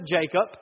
Jacob